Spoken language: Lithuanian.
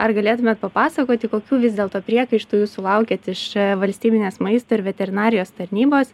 ar galėtumėt papasakoti kokių vis dėlto priekaištų jūs sulaukiat iš valstybinės maisto ir veterinarijos tarnybos